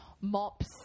mops